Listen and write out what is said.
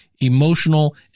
emotional